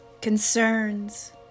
concerns